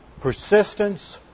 persistence